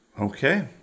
Okay